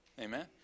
Amen